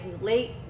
late